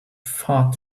far